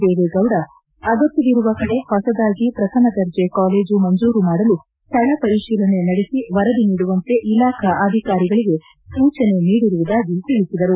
ದೇವೇಗೌಡ ಅಗತ್ಯವಿರುವ ಕಡೆ ಹೊಸದಾಗಿ ಪ್ರಥಮ ದರ್ಜೆ ಕಾಲೇಜು ಮಂಜೂರು ಮಾಡಲು ಸ್ವಳ ಪರಿಶೀಲನೆ ನಡೆಸಿ ವರದಿ ನೀಡುವಂತೆ ಇಲಾಖಾ ಅಧಿಕಾರಿಗಳಿಗೆ ಸೂಚನೆ ನೀಡಿರುವುದಾಗಿ ತಿಳಿಸಿದರು